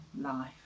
life